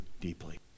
deeply